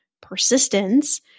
persistence